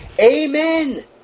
Amen